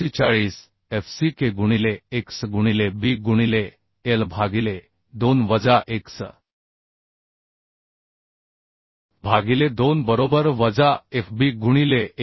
45fck गुणिले x गुणिले b गुणिले I भागिले 2 वजा x भागिले 2 बरोबर वजा f b गुणिले a